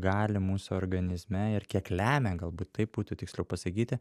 gali mūsų organizme ir kiek lemia galbūt taip būtų tiksliau pasakyti